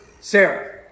Sarah